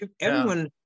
Everyone-